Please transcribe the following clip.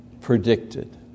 predicted